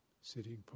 sitting